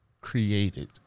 created